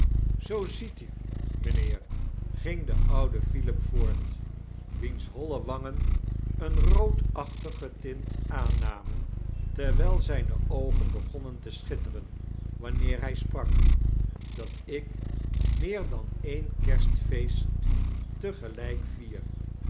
zoo ziet u mijnheer gang de oude philip voort wiens nolle wangen een roodaehtigen tint aajnaaiiiiein terwijl zijne oogen begonnen te schitteren wanneer hij sprak ydat ik meer dan een keistfeesit te gelfijlk vier